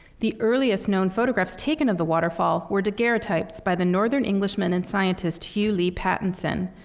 the earliest known photographs taken of the waterfall were daguerreotypes by the northern englishman and scientist hugh lee pattinson.